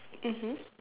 mmhmm